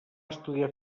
estudiar